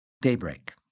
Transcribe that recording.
Daybreak